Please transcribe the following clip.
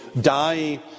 die